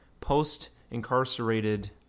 post-incarcerated